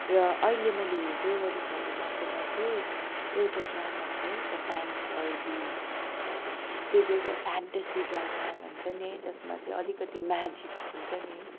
र अहिले मैले हेर्दै गरेकोहरू मध्येमा चाहिँ एउटा ड्रामा छ है द टाइम कल्ड यु भन्ने त्यो चाहिँ एउटा फ्यान्टसी ड्रामा भन्छ नि है जसमा चाहिँ अलिकति म्याजिक हुन्छ पनि है